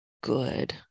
Good